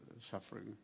suffering